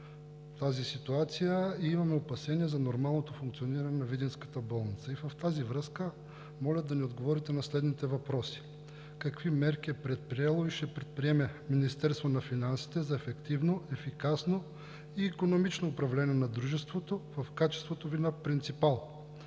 ни притеснява и имаме опасения за нормалното функциониране на видинската болница. В тази връзка моля да ни отговорите на следните въпроси: какви мерки е предприело и ще предприеме Министерството на здравеопазването за ефективното, ефикасното и икономичното управление на дружеството в качеството Ви на принципал?